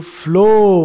flow